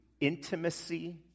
intimacy